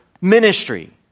ministry